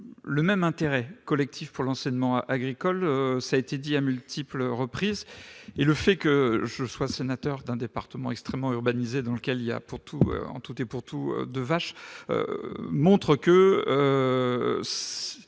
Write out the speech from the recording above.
le même intérêt collectif pour l'enseignement agricole, ça a été dit à multiples reprises et le fait que je sois sénateurs d'un département extrêmement urbanisé, dans lequel il y a pour tous, en tout et pour tout 2 vaches montre que